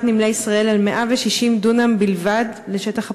"נמלי ישראל" על 160 דונם בלבד לשטח הפארק?